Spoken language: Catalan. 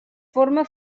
forma